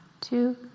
Two